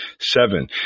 Seven